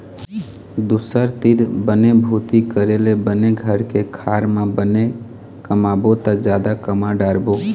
दूसर तीर बनी भूती करे ले बने घर के खार म बने कमाबो त जादा कमा डारबो